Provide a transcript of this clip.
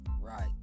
Right